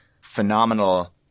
phenomenal